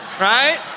right